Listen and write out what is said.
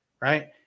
right